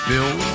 Bill